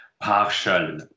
partial